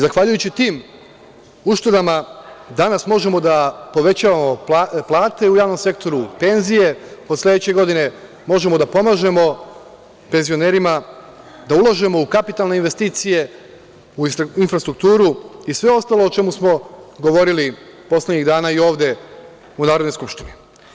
Zahvaljujući tim uštedama, danas možemo da povećamo plate u javnom sektoru, penzije od sledeće godine, možemo da pomažemo penzionerima, da ulažemo u kapitalne investicije, u infrastrukturu i sve ostalo o čemu smo govorili poslednjih dana i ovde u Narodnoj skupštini.